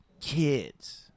kids